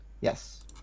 Yes